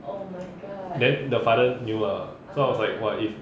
then the father knew ah so I was like !wah! if